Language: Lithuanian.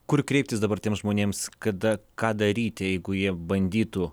kur kreiptis dabar tiems žmonėms kada ką daryti jeigu jie bandytų